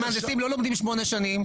המהנדסים לא לומדים שמונה שנים,